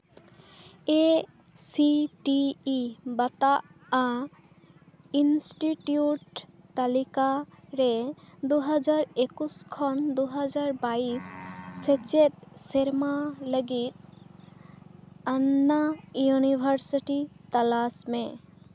ᱮ C T E ᱵᱟᱛᱟᱜᱼᱟ institute ᱛᱟᱹᱞᱤᱠᱟ ᱨᱮ ᱫᱩ ᱦᱟᱡᱟᱨ ᱮᱠᱩᱥ ᱠᱷᱚᱱ ᱫᱩ ᱦᱟᱡᱟᱨ ᱵᱟᱭᱤᱥ ᱥᱮᱪᱮᱫ ᱥᱮᱨᱢᱟ ᱞᱟᱹᱜᱤᱫ ᱟᱱᱱᱟ ᱭᱩᱱᱤᱵᱷᱟᱨᱥᱤᱴᱤ ᱛᱟᱞᱟᱥ ᱢᱮ